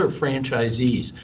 franchisees